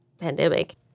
pandemic